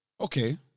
okay